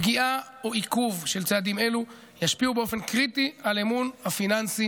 פגיעה או עיכוב של צעדים אלו ישפיעו באופן קריטי על האמון הפיננסי